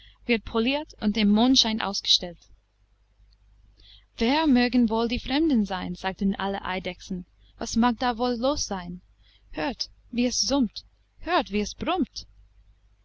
wird poliert und im mondschein ausgestellt wer mögen wohl die fremden sein sagten alle eidechsen was mag da wohl los sein hört wie es summt hört wie es brummt